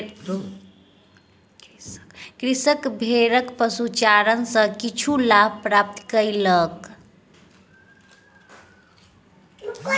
कृषक भेड़क पशुचारण सॅ किछु लाभ प्राप्त कयलक